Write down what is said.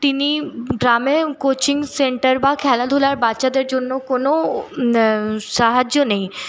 তিনি গ্রামে coaching centre বা খেলাধুলা করার বাচ্ছাদের জন্য কোনো সাহায্য নেই